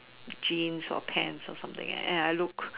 jeans or pants or something like that and I look